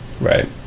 Right